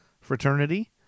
Fraternity